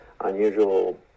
unusual